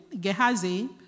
Gehazi